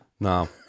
no